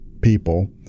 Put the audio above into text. people